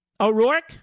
O'Rourke